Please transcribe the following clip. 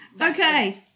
Okay